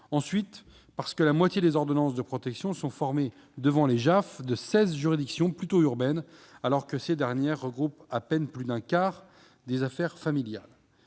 Ensuite, la moitié des demandes d'ordonnance de protection sont formées devant les JAF de seize juridictions, plutôt urbaines, alors que ces dernières regroupent à peine plus d'un quart des affaires familiales.